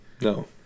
no